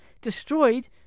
destroyed